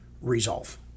resolve